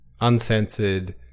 uncensored